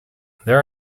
there